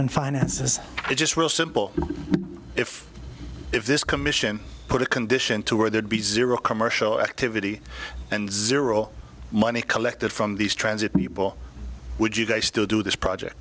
on finances it just real simple if if this commission put a condition to where there'd be zero commercial activity and zero money collected from these transit people would you guys still do this project